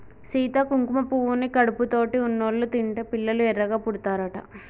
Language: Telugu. సీత కుంకుమ పువ్వుని కడుపుతోటి ఉన్నోళ్ళు తింటే పిల్లలు ఎర్రగా పుడతారట